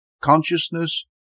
consciousness